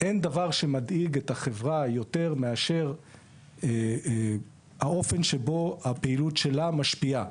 דבר שמדאיג את החברה יותר מאשר האופן שבו הפעילות שלה משפיעה